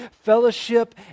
fellowship